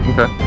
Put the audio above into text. Okay